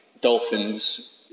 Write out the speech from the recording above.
dolphins